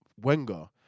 Wenger